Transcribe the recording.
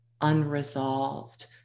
unresolved